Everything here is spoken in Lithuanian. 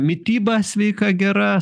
mityba sveika gera